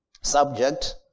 subject